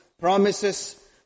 promises